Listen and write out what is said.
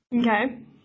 Okay